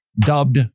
dubbed